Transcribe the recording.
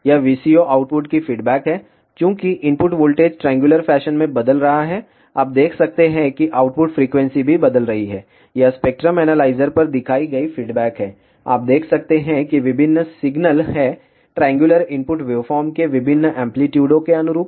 यह VCO output की feedback है चूंकि इनपुट वोल्टेज ट्रायंगुलर फैशन में बदल रहा है आप देख सकते हैं कि आउटपुट फ्रीक्वेंसी भी बदल रही है यह स्पेक्ट्रम एनालाइजर पर दिखाई गई फीडबैक है आप देख सकते हैं कि विभिन्न सिग्नल हैं ट्रायंगुलर इनपुट वेवफॉर्म के विभिन्न एम्पलीटूडों के अनुरूप